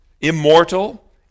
immortal